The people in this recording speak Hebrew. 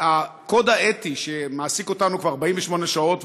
הקוד האתי מעסיק אותנו כבר 48 שעות,